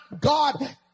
God